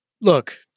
look